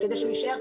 כדי שהוא יישאר,